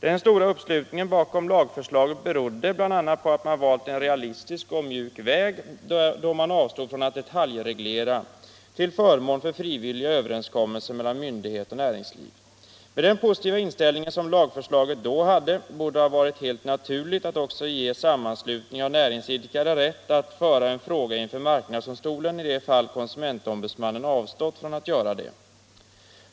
Den stora uppslutningen bakom lagförslaget berodde bl.a. på att man valt en realistisk och mjuk väg och avstått från att detaljreglera till förmån för frivilliga överenskommelser mellan myndighet och näringslivet. Med den positiva inställning som lagförslaget då visade borde det ha varit helt naturligt att också ge sammanslutning av näringsidkare rätt att föra en fråga inför marknadsdomstolen i det fall konsumentombudsmannen avstått från att göra det.